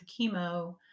chemo